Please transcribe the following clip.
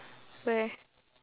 where